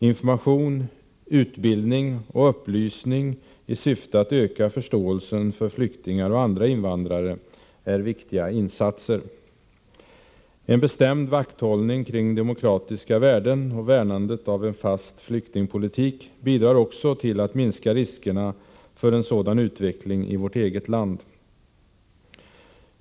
Information, utbildning och upplysning i syfte att öka förståelsen för flyktingar och andra invandrare är viktiga insatser. En bestämd vakthållning kring demokratiska värden och värnandet av en fast flyktingpolitik bidrar också till att minska riskerna för en sådan utveckling i vårt eget land.